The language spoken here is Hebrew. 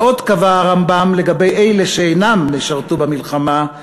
ועוד קבע הרמב"ם לגבי אלה שאינם ישרתו במלחמה: